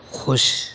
خوش